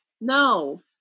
No